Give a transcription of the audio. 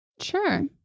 Sure